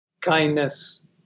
Kindness